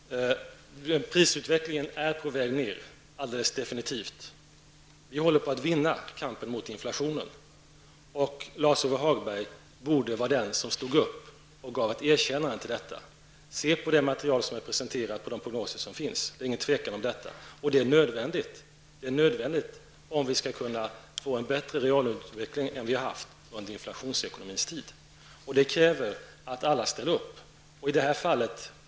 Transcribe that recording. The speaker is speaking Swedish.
Herr talman! Prisutvecklingen är alldeles definitivt på väg ned. Vi håller på att vinna kampen mot inflationen. Lars-Ove Hagberg borde vara den som står upp och erkänner detta. Se på det material som har presenterats, på de prognoser som finns. Det råder inget tvivel. Det är nödvändigt om vi skall få en bättre reallöneutveckling än den som vi har haft under inflationsekonomins tid. Detta kräver att alla ställer upp.